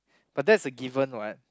but that's a given [what]